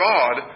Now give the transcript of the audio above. God